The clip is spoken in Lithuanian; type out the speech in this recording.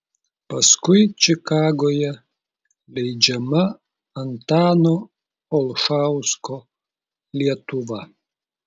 paskui čikagoje leidžiama antano olšausko lietuva